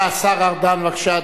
השר ארדן, בבקשה.